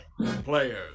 players